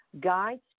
guides